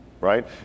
right